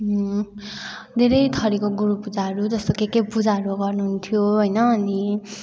धेरै थरिको गुरुपूजाहरू जस्तो के के पूजाहरू गर्नुहुन्थ्यो होइन अनि